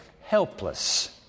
helpless